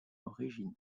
originale